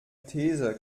these